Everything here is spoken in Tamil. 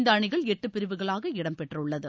இந்த அணிகள் எட்டு பிரிவுகளாக இடம்பெற்றுள்ளது